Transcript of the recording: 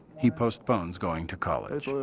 he postpones going to college.